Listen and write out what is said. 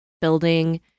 building